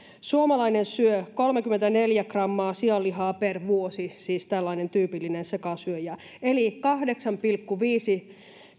suomalainen syö kolmekymmentäneljä kilogrammaa sianlihaa per vuosi siis tällainen tyypillinen sekasyöjä eli kahdeksan pilkku viisi